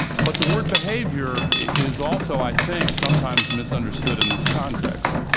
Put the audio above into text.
but the word behavior is also, i think, sometimes misunderstood in this context.